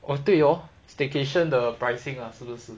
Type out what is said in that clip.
哦对哦 staycation the pricing 啦是不是